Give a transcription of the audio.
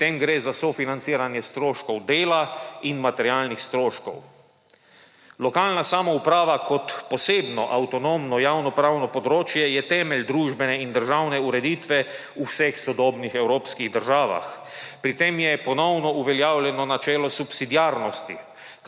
Pri tem gre za sofinanciranje stroškov dela in materialnih stroškov. Lokalna samouprava kot posebno avtonomno javno-pravno področje je temelj družbene in državne ureditve v vseh sodobnih evropskih državah. Pri tem je ponovno uveljavljeno načelo subsidiarnosti,